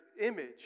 image